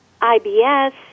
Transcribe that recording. IBS